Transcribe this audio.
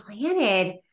planted